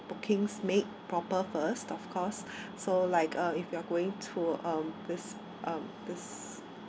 bookings made proper first of course so like uh if you are going to um this um this